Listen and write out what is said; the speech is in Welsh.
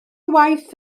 waith